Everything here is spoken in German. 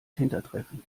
hintertreffen